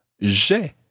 j'ai